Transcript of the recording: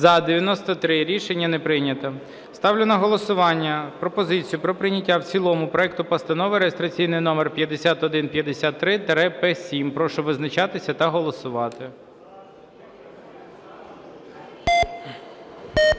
За-93 Рішення не прийнято. Ставлю на голосування пропозицію про прийняття в цілому проекту Постанови реєстраційний номер 5153-П7. Прошу визначатися та голосувати.